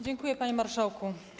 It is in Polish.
Dziękuję, panie marszałku.